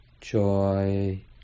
joy